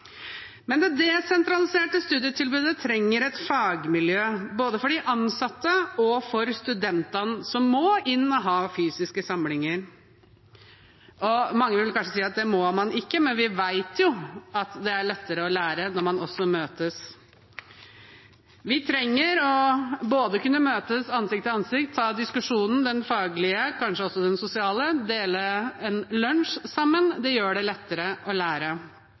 Det desentraliserte studietilbudet trenger et fagmiljø, både for de ansatte og for studentene, som må inn og ha fysiske samlinger. Mange vil kanskje si at det må man ikke, men vi vet jo at det er lettere å lære når man også møtes. Vi trenger både å kunne møtes ansikt til ansikt, ta diskusjonen, den faglige, kanskje også den sosiale, og dele en lunsj sammen. Det gjør det lettere å lære.